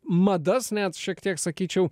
madas net šiek tiek sakyčiau